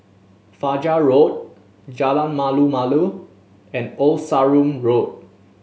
Fajar Road Jalan Malu Malu and Old Sarum Road